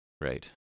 Right